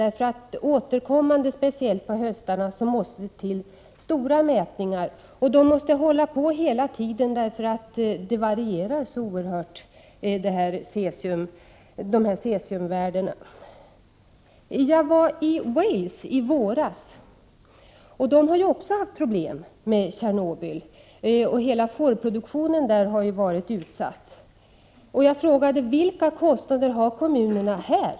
Återkommande, speciellt på höstarna, måste det till stora mätningar. Det är en verksamhet som måste pågå hela tiden, därför att cesiumvärdena varierar så oerhört. I våras var jag i Wales, som också haft problem med anledning av Tjernobylolyckan. Hela fårproduktionen där har varit utsatt, och jag frågade vilka kostnader kommunerna hade åsamkats.